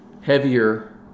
heavier